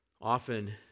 Often